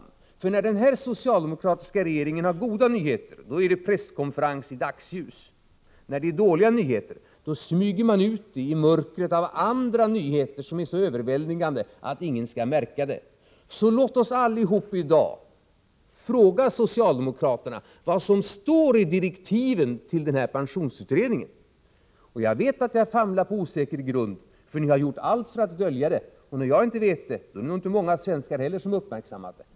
Det är nämligen så att när den nuvarande socialdemokratiska regeringen har goda nyheter, då kallar den till presskonferens i dagsljus, men när nyheterna är dåliga, då smyger regeringen ut dem i mörkret och försöker få dem att passera oförmärkt bland andra, mer överväldigande nyheter. Låt oss därför alla här i dag fråga socialdemokraterna vad som står i direktiven till den här pensionsutredningen. Jag vet att jag famlar på osäker grund, för ni har gjort allt för att dölja detta — och när jag inte känner till det, då är det nog inte många andra svenskar som har uppmärksammat det.